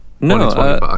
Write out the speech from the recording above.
no